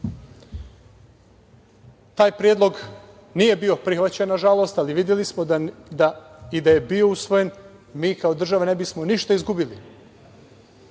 Taj predlog nije bio prihvaćen, nažalost, ali videli smo i da je bio usvojen, mi kao država ne bi smo ništa izgubili.